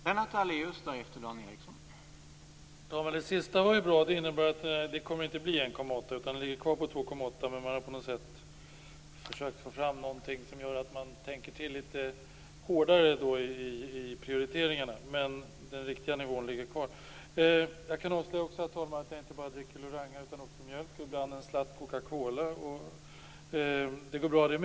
Herr talman! Det sista som jordbruksministern sade var bra. Det innebär att det inte kommer att bli 1,8 miljarder utan att det kommer att ligga kvar på 2,8 miljarder, men man har på något sätt försökt få fram något som gör att man tänker till litet extra i fråga om prioriteringarna. Men den riktiga nivån ligger kvar. Herr talman! Jag kan också avslöja att jag inte dricker bara Loranga utan även mjölk och ibland en slatt Coca Cola. Det går bra det också.